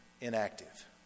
inactive